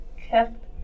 kept